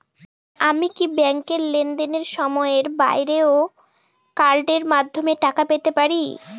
আমি কি ব্যাংকের লেনদেনের সময়ের বাইরেও কার্ডের মাধ্যমে টাকা পেতে পারি?